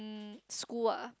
mm school ah